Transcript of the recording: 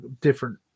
different